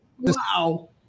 Wow